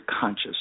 conscious